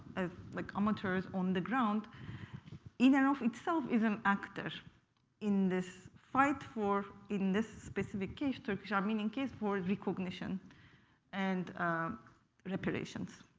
ah like, amateurs on the ground in and of itself is an actor in this fight for, in this specific case, turkish-armenian case, for recognition and reparations.